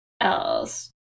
else